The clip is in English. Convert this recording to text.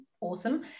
awesome